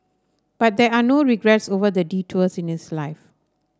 but there are no regrets over the detours in his life